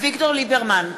אביגדור ליברמן,